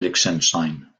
liechtenstein